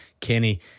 Kenny